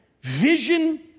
Vision